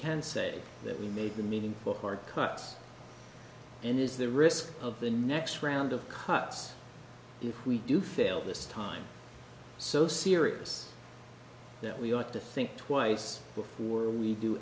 can say that we made the meaningful hard cuts and is the risk of the next round of cuts if we do fail this time so serious that we ought to think twice before we do